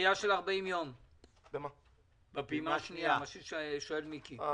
דחייה של 40 לפעימה השנייה, מה ששואל מיקי.